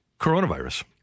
coronavirus